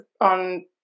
on